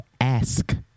Ask